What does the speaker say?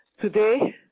today